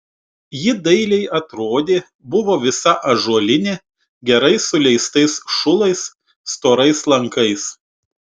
ji dailiai atrodė buvo visa ąžuolinė gerai suleistais šulais storais lankais